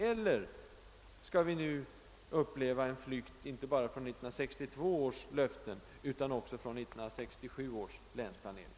Eller skall vi nu få uppleva en flykt inte bara från 1962 års löften utan också från 1967 års länsplanering?